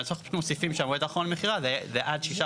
אנחנו מוסיפים שהמועד האחרון למכירה הוא עד שישה